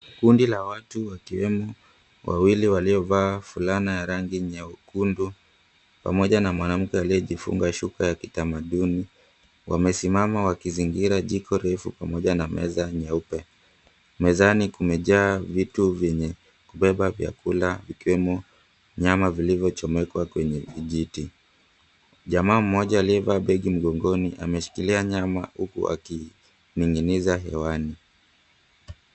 Kundi la watu wakiwemo wawili waliovaa fulana ya rangi nyekundu pamoja na mwanamke aliyejifunga shuka ya kitamaduni, wamesimama wakizingira jiko refu pamoja na meza nyeupe. Mezani kumejaa vitu vyenye kubeba vyakula vikiwemo nyama vilivyochomekwa kwenye vijiti. Jamaa mmoja aliyevaa begi mgongoni ameshikilia nyama huku akining'iniza hewani.